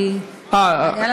כי היה לנו,